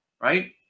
right